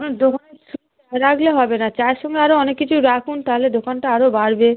চা রাখলে হবে না চায়ের সঙ্গে আরও অনেক কিছু রাখুন তাহলে দোকানটা আরও বাড়বে